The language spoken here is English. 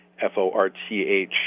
F-O-R-T-H